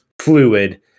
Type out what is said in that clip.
fluid